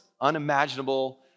unimaginable